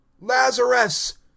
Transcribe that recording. Lazarus